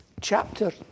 chapter